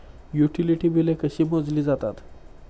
Utility बिले कशी मोजली जातात?